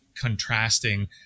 contrasting